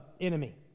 enemy